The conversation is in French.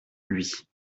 lui